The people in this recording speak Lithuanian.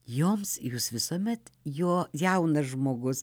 joms jūs visuomet jo jaunas žmogus